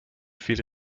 viel